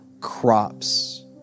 crops